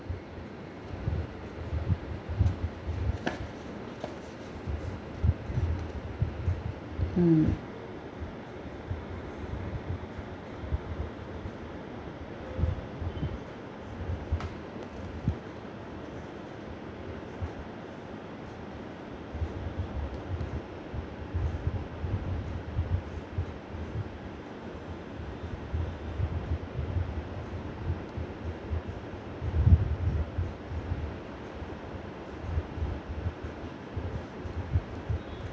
hmm